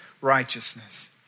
righteousness